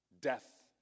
death